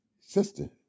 sister